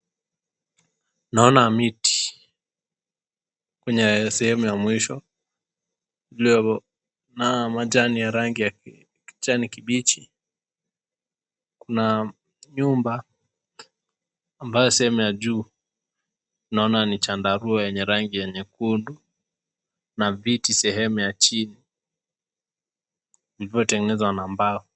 Naona miti kwenye sehemu ya mwisho iliyo na majani ya rangi ya kijani kibichi , kuna nyumba ambayo sehemu ya juu naona ni tandarua yenye rangi ya nyekundu na viti sehemu ya chini vilivyo tengenezwa na mbao.